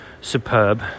superb